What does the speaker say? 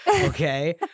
okay